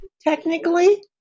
Technically